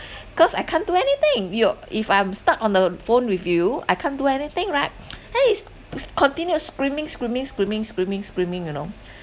cause I can't do anything you if I'm stuck on the phone with you I can't do anything right then he's is continued screaming screaming screaming screaming screaming you know